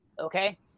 Okay